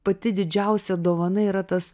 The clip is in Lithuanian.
pati didžiausia dovana yra tas